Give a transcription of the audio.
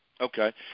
Okay